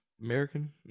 american